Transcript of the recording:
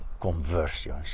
conversions